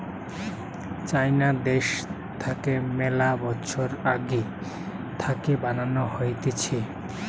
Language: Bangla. চাইনা দ্যাশ থাকে মেলা বছর আগে থাকে বানানো হতিছে